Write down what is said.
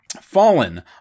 fallen